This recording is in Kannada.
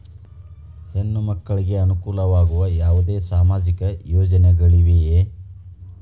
ಹೆಣ್ಣು ಮಕ್ಕಳಿಗೆ ಅನುಕೂಲವಾಗುವ ಯಾವುದೇ ಸಾಮಾಜಿಕ ಯೋಜನೆಗಳಿವೆಯೇ?